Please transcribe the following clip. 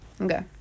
Okay